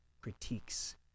critiques